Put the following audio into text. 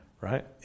right